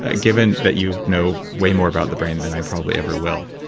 ah given that you know way more about the brain than i probably ever will,